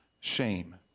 shame